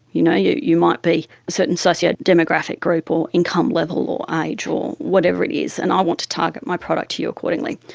you know you you might be a certain socio-demographic group or income level or age or whatever it is and i want to target my product to you accordingly.